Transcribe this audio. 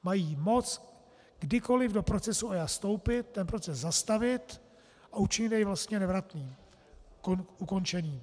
Mají moc kdykoliv do procesu EIA vstoupit, ten proces zastavit a učinit jej vlastně nevratným, ukončeným.